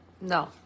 No